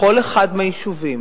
בכל אחד מהיישובים,